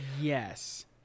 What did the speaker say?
Yes